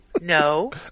No